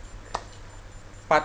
part